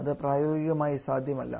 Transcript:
അത് പ്രായോഗികമായി സാധ്യമല്ല